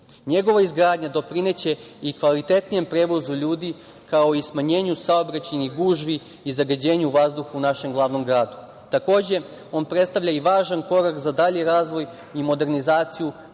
Njegova izgradnja doprineće i kvalitetnijem prevozu ljudi, kao i smanjenju saobraćajnih gužvi i zagađenju vazduha u našem glavnom gradu. Takođe, on predstavlja i važan korak za dalji razvoj i modernizaciju